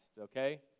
okay